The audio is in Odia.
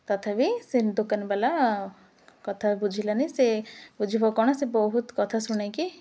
ତଥାପି ସେ ଦୋକାନ ବାଲା କଥା ବୁଝିଲାନି ସେ ବୁଝିବ କ'ଣ ସେ ବହୁତ କଥା ଶୁଣାଇକି